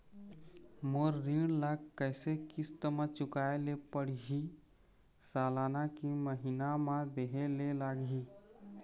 मोर ऋण ला कैसे किस्त म चुकाए ले पढ़िही, सालाना की महीना मा देहे ले लागही?